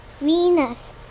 Venus